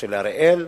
של אריאל,